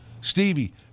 Stevie